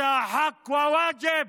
זו זכות וחובה.